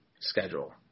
schedule